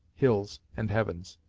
hills and heavens.